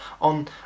on